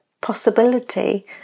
possibility